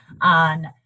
on